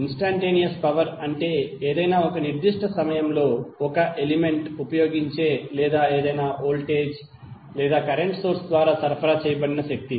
instantaneous power అంటే ఏదైనా ఒక నిర్దిష్ట సమయంలో ఒక ఎలిమెంట్ వినియోగించే లేదా ఏదైనా వోల్టేజ్ లేదా కరెంట్ సోర్స్ ద్వారా సరఫరా చేయబడిన శక్తి